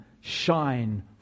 shine